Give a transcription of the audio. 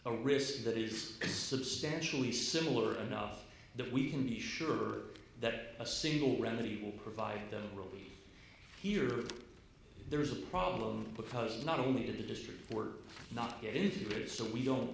a risk that is substantially similar enough that we can be sure that a single remedy will provide them really here if there is a problem because not only did the district we're not getting it so we don't